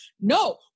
no